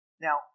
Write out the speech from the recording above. Now